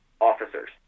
officers